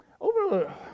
Over